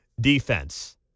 defense